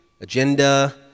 agenda